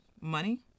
Money